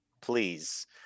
please